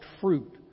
fruit